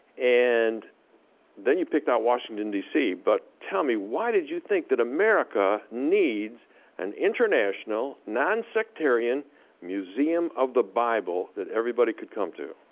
and then you picked out washington, dc. but tell me why did you think that america needs an international, non-sectarian museum of the bible that everybody could come to?